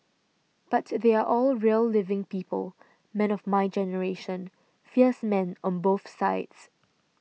but they are all real living people men of my generation fierce men on both sides